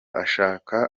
ashaka